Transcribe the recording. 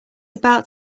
about